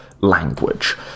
language